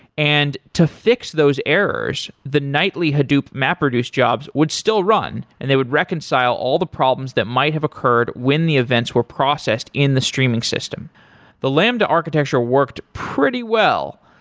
and to fix those errors, the nightly hadoop map reduce jobs would still run and they would reconcile all the problems that might have occurred when the events were processed in the streaming system the lambda architecture worked pretty well.